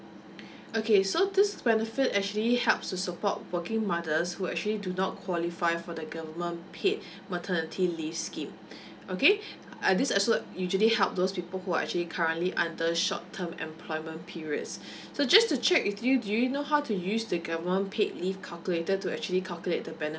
okay so this benefit actually helps to support working mothers who actually do not qualify for the government paid maternity leave scheme okay uh this also usually help those people who are actually currently under short term employment periods so just to check with you do you know how to use the government paid leave calculator to actually calculate the benefit